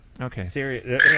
Okay